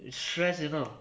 it's stress you know